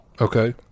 Okay